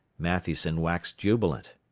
matthewson waxed jubilant.